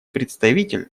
представитель